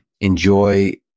Enjoy